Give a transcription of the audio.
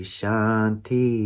Shanti